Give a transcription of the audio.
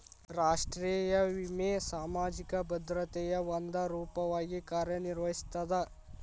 ರಾಷ್ಟ್ರೇಯ ವಿಮೆ ಸಾಮಾಜಿಕ ಭದ್ರತೆಯ ಒಂದ ರೂಪವಾಗಿ ಕಾರ್ಯನಿರ್ವಹಿಸ್ತದ